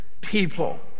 people